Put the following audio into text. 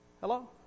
Hello